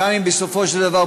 גם אם בסופו של דבר,